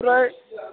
ओमफ्राय